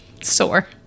sore